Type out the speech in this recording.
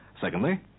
Secondly